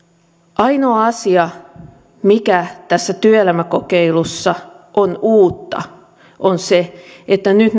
ainoa asia mikä tässä työelämäkokeilussa on uutta on se että nyt